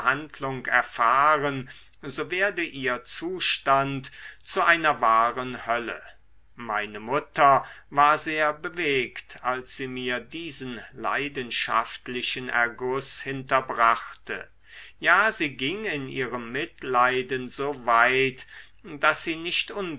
erfahren so werde ihr zustand zu einer wahren hölle meine mutter war sehr bewegt als sie mir diesen leidenschaftlichen erguß hinterbrachte ja sie ging in ihrem mitleiden so weit daß sie nicht